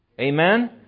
Amen